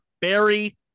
Barry